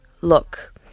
look